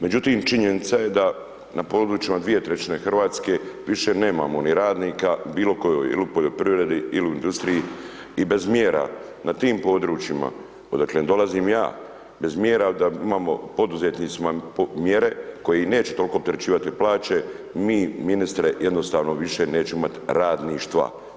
Međutim činjenica je da na područjima dvije trećine Hrvatske više nemamo ni radnika u bilo kojoj ili u poljoprivredi ili u industriji i bez mjera na tim područjima odakle dolazim ja, bez mjera da imamo poduzetnicima mjere koje neće toliko opterećivati plaće mi ministre jednostavno nećemo više imati radništva.